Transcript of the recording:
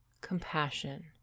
compassion